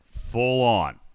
full-on